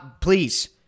Please